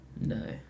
No